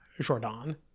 Jordan